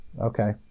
Okay